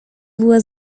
była